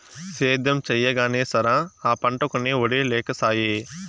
సేద్యం చెయ్యగానే సరా, ఆ పంటకొనే ఒడే లేకసాయే